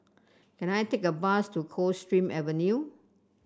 can I take a bus to Coldstream Avenue